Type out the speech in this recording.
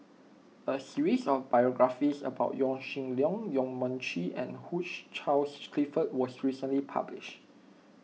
a series of biographies about Yaw Shin Leong Yong Mun Chee and Hugh Charles Clifford was recently published